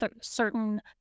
certain